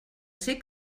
ser